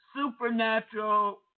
supernatural